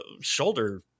shoulder